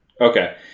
Okay